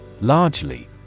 Largely